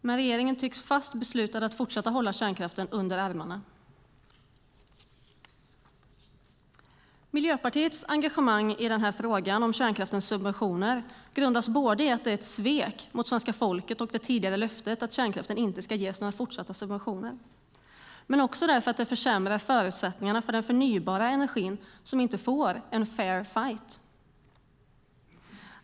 Men regeringen tycks fast besluten att fortsätta hålla kärnkraften under armarna. Miljöpartiets engagemang i frågan om kärnkraftens subventioner grundar sig både på att det är ett svek mot svenska folket och det tidigare löftet att kärnkraften inte ska ges några fortsatta subventioner och att de försämrar förutsättningarna för den förnybara energin som inte får en fair fight.